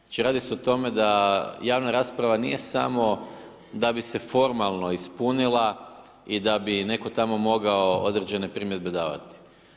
Znači radi se o tome da javna rasprava nije samo da bi se formalno ispunila i da bi netko tamo mogao određene primjedbe davati.